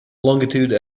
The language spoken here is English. longitude